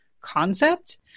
concept